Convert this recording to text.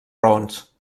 raons